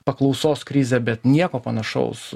paklausos krize bet nieko panašaus